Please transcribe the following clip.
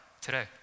today